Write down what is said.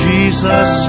Jesus